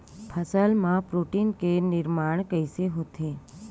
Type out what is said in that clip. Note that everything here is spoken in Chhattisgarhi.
फसल मा प्रोटीन के निर्माण कइसे होथे?